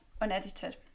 unedited